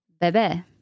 Baby